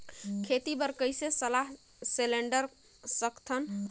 खेती बर कइसे सलाह सिलेंडर सकथन?